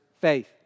faith